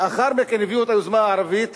לאחר מכן הביאו את היוזמה הערבית